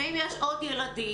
ואם יש עוד ילדים.